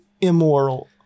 immoral